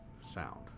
sound